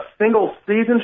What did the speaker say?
single-season